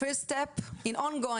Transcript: זה באמת כבוד